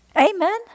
Amen